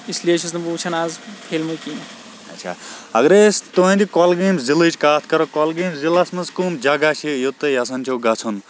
اِسلیے چھُس نہٕ بہٕ وُچھان آز فِلمہ کِیٚنٛہہ